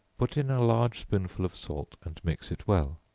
put in a large spoonful of salt, and mix it well